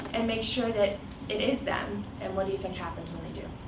and make sure that it is them. and what do you think happens when they do?